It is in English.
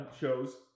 shows